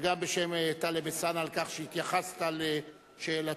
וגם בשם טלב אלסאנע, על כך שהתייחסת לשאלתו.